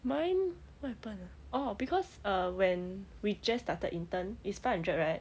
mine what happen ah orh because uh when we just started intern is five hundred right